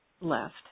left